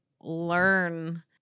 learn